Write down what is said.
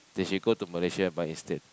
they should go to Malaysia and buy instead